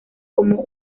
como